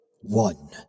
One